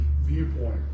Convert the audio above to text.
viewpoint